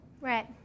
Right